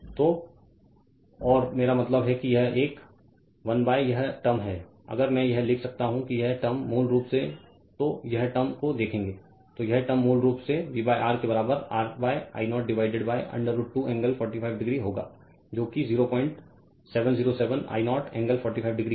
तो और मेरा मतलब है कि यह एक 1 यह टर्म है अगर मै यह लिख सकता हूँ कि यह टर्म मूल रूप से तो यह टर्म को देखेंगे तो यह टर्म मूल रूप से V R के बराबर R I 0 divided √ 2 angle 45 degree होगा जो कि 0707 I 0 एंगल 45 डिग्री है जो कि 0707I0 एंगल 45 डिग्री है